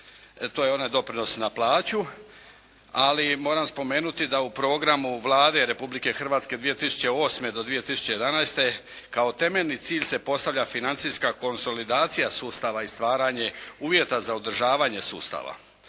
To je onaj doprinos na plaću, ali moram spomenuti da u programu Vlade Republike Hrvatske 2008. do 2011. kao temeljni cilj se postavlja financijska konsolidacija sustava i stvaranje uvjeta za održavanje sustava.